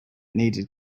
needed